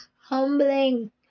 humbling